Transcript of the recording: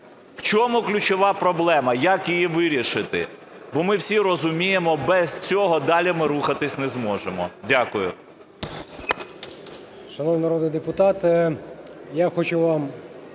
В чому ключова проблема? Як її вирішити? Бо ми всі розуміємо, без цього ми далі рухатися не зможемо. Дякую.